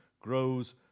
grows